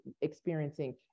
experiencing